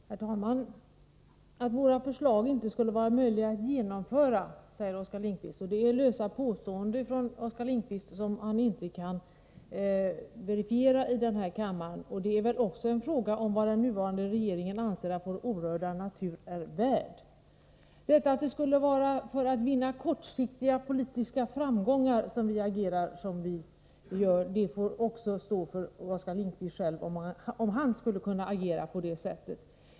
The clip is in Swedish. Herr talman! Oskar Lindkvist säger att våra förslag inte skulle vara möjliga att genomföra. Det är lösa påståenden som Oskar Lindkvist inte kan verifiera i den här kammaren. Det är väl också fråga om vad den nuvarande regeringen anser att vår orörda natur är värd. Att det skulle vara för att vinna kortsiktiga politiska framgångar som vi agerar på det sätt som vi gör får också stå för Oskar Lindkvist själv, om han skulle kunna agera på det sättet.